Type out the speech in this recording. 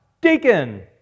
Deacon